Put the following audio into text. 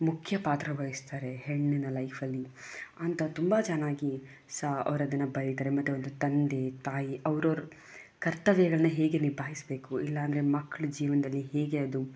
ಮುಖ್ಯ ಪಾತ್ರ ವಹಿಸ್ತಾರೆ ಹೆಣ್ಣಿನ ಲೈಫಲ್ಲಿ ಅಂತ ತುಂಬ ಚೆನ್ನಾಗಿ ಸಹ ಅವರು ಅದನ್ನು ಬರಿತಾರೆ ಮತ್ತು ಒಂದು ತಂದೆ ತಾಯಿ ಅವ್ರವ್ರ ಕರ್ತವ್ಯಗಳನ್ನ ಹೇಗೆ ನಿಭಾಯಿಸಬೇಕು ಇಲ್ಲಂದ್ರೆ ಮಕ್ಕಳ ಜೀವನ್ದಲ್ಲಿ ಹೇಗೆ ಅದು